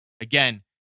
again